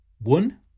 one